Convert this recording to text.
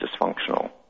dysfunctional